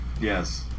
Yes